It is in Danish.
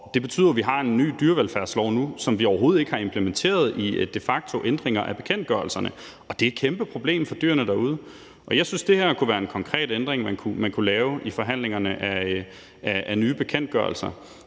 det betyder jo, at vi har en ny dyrevelfærdslov nu, som vi overhovedet ikke har implementeret i en de facto ændring af bekendtgørelserne, og det er et kæmpe problem for dyrene derude. Jeg synes, det her kunne være en konkret ændring, man kunne lave i forhandlingerne om nye bekendtgørelser.